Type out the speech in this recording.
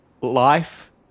life